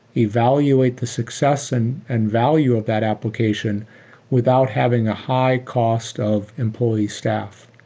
evaluate the success and and value of that application without having a high cost of employee staff.